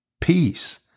peace